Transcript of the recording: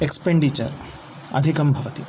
expenditure अधिकं भवति